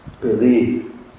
Believe